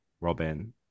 robin